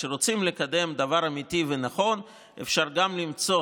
כשרוצים לקדם דבר אמיתי ונכון, אפשר גם למצוא